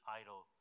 idol